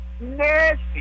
nasty